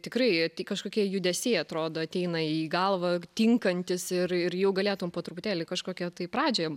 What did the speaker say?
tikrai kažkokie judesiai atrodo ateina į galvą tinkantys ir ir jau galėtum po truputėlį kažkokią tai pradžią